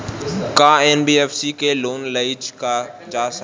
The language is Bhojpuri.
का एन.बी.एफ.सी से लोन लियल जा सकेला?